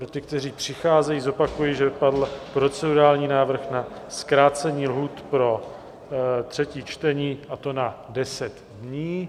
Pro ty, kteří přicházejí, zopakuji, že padl procedurální návrh na zkrácení lhůt pro třetí čtení a to na deset dní.